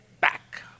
back